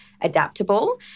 adaptable